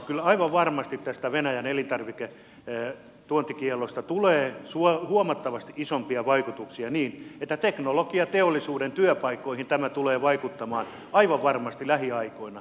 kyllä aivan varmasti tästä venäjän elintarviketuontikiellosta tulee huomattavasti isompia vaikutuksia niin että teknologiateollisuuden työpaikkoihin tämä tulee vaikuttamaan aivan varmasti lähiaikoina